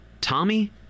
Tommy